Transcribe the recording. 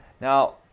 Now